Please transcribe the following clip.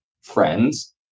Friends